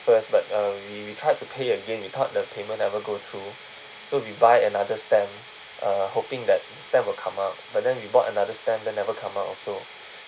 first but uh we tried to pay again we thought the payment never go through so we buy another stamp uh hoping that stamp will come out but then we bought another stamp then never come out also